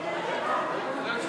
התשע"ה 2015,